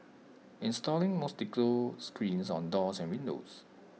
installing mosquito screens on doors and windows